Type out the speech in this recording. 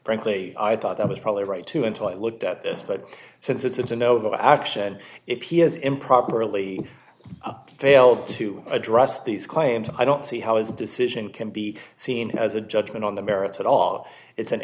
frankly i thought that was probably right too until i looked at this but since it's in to no action if he has improperly failed to address these claims i don't see how is a decision can be seen as a judgment on the merits at all it's an